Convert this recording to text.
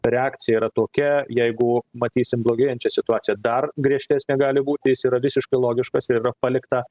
reakcija yra tokia jeigu matysim blogėjančią situaciją dar griežtesnė gali būti jis yra visiškai logiškas ir yra palikta